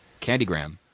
Candygram